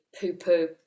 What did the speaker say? poo-poo